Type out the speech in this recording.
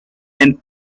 and